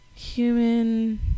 Human